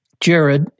Jared